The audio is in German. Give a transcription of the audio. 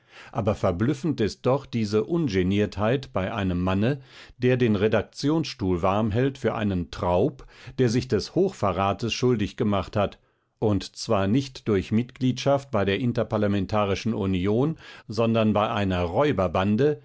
aber verblüffend ist doch diese ungeniertheit bei einem manne der den redaktionsstuhl warm hält für einen traub der sich des hochverrates schuldig gemacht hat und zwar nicht durch mitgliedschaft bei der interparlamentarischen union sondern bei einer räuberbande